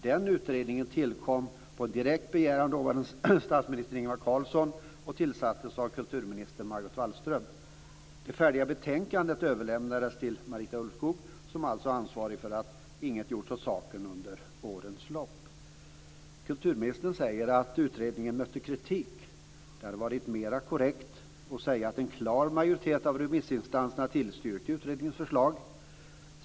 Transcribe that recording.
Den utredningen tillkom på direkt begäran av den dåvarande statsministern Ingvar Carlsson och tillsattes av kulturminister Margot Wallström. Det färdiga betänkandet överlämnades till Marita Ulvskog, som alltså har ansvaret för att inget har gjorts åt saken under årens lopp. Kulturministern säger att utredningen mötte kritik. Det hade varit mera korrekt att säga att en klar majoritet av remissinstanserna tillstyrker utredningens förslag.